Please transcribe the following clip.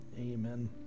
Amen